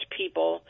people